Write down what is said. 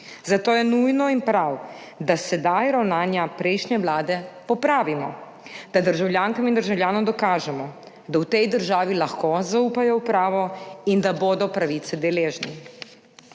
Zato je nujno in prav, da sedaj ravnanja prejšnje vlade popravimo, da državljankam in državljanom dokažemo, da v tej državi lahko zaupajo v pravo in da bodo pravice deležni.